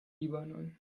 libanon